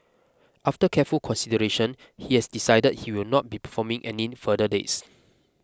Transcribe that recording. after careful consideration he has decided he will not be performing any further dates